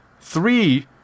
three